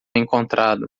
encontrado